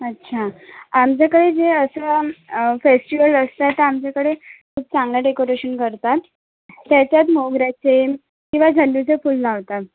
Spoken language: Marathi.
अच्छा आमच्याकडे जे असं फेस्टिवल असतं तर आमच्याकडे चांगलं डेकोरेशन करतात त्याच्यात मोगऱ्याचे किंवा झेंडूचे फुलं लावतात